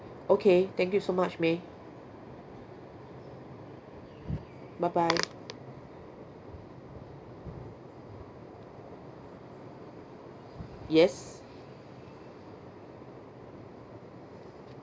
okay thank you so much may bye bye yes